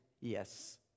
yes